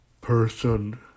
person